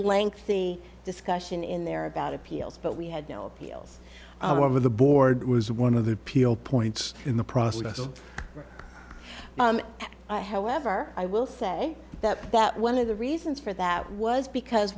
lengthy discussion in there about appeals but we had no appeals were over the board was one of the appeal points in the process of i however i will say that but one of the reasons for that was because